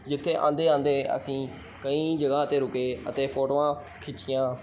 ਜਿੱਥੇ ਆਉਂਦੇ ਆਉਂਦੇ ਅਸੀਂ ਕਈ ਜਗ੍ਹਾ 'ਤੇ ਰੁਕੇ ਅਤੇ ਫੋਟੋਆਂ ਖਿੱਚੀਆਂ